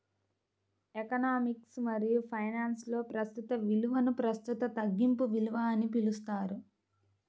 economics మరియుఫైనాన్స్లో, ప్రస్తుత విలువనుప్రస్తుత తగ్గింపు విలువ అని పిలుస్తారు